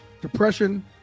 Depression